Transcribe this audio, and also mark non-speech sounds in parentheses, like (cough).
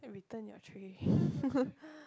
return your tray (laughs)